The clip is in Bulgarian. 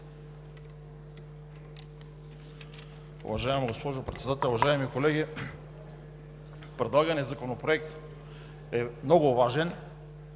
Уважаема госпожо Председател, уважаеми колеги! Предлаганият Законопроект е много важен,